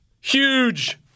huge